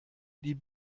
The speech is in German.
die